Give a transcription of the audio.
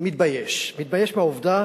מתבייש בעובדה